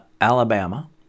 Alabama